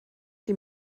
die